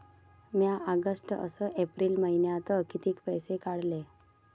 म्या ऑगस्ट अस एप्रिल मइन्यात कितीक पैसे काढले?